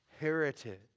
heritage